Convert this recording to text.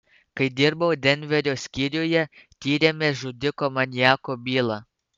kai dirbau denverio skyriuje tyrėme žudiko maniako bylą